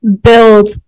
build